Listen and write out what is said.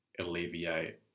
alleviate